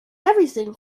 everything